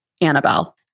Annabelle